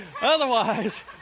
Otherwise